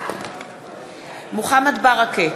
מוחמד ברכה,